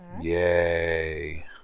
Yay